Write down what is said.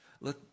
Let